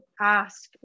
ask